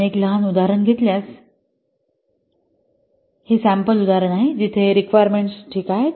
आपण एक लहान उदाहरण घेतल्यास हेसॅम्पल उदाहरण आहे जिथे रिक्वायरमेंट्स ठीक आहेत